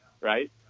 right